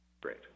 Great